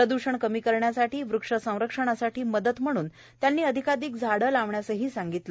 प्रद्षण कमी करण्यासाठी वृक्ष संरक्षणासाठी मदत म्हणून त्यांनी अधिकाधिक झाडे लावण्यासही सांगितले